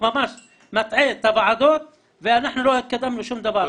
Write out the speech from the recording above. ממש מטעה את הוועדות ואנחנו לא התקדמנו שום דבר.